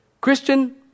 Christian